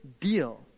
deal